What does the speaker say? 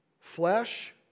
flesh